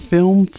Film